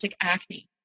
acne